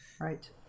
Right